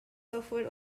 suffered